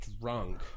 drunk